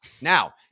now